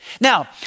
Now